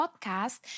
podcast